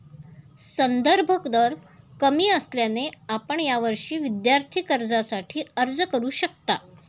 संदर्भ दर कमी असल्याने आपण यावर्षी विद्यार्थी कर्जासाठी अर्ज करू शकता